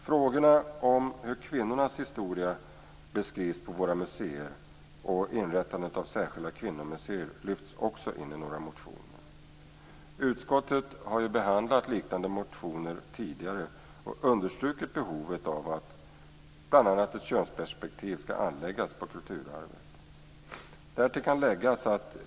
Frågan om hur kvinnornas historia beskrivs på våra museer och inrättandet av särskilda kvinnomuseer lyfts också in i några motioner. Utskottet har behandlat liknande motioner tidigare och understrukit behovet av att ett könsperspektiv skall anläggas på kulturarvet.